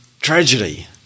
tragedy